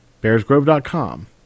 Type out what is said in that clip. bearsgrove.com